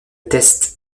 test